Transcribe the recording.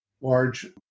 large